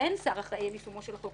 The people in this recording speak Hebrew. ואין שר אחראי על יישומו של החוק,